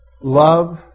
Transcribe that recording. Love